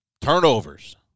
Turnovers